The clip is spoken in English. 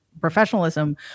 professionalism